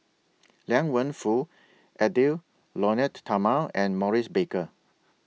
Liang Wenfu Edwy Lyonet Talma and Maurice Baker